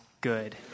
good